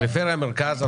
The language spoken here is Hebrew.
פריפריה-מרכז.